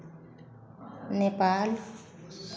Nepal